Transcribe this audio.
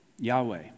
Yahweh